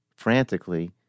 frantically